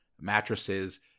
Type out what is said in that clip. mattresses